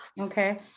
okay